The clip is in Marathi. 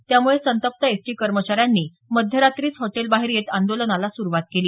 त्यामुळे संतप्त एसटी कर्मचाऱ्यांनी मध्यरात्रीच हॉटेलबाहेर येत आंदोलनाला सुरुवात केली